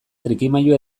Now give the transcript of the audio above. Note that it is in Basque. trikimailu